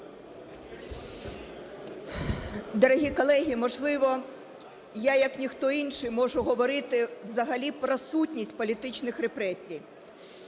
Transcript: Дорогі колеги, можливо, я як ніхто інший можу говорити взагалі про сутність політичних репресій.